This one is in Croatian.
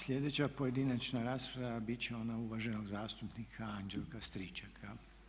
Sljedeća pojedinačna rasprava biti će ona uvaženog zastupnika Anđelka Stričaka.